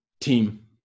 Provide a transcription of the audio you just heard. team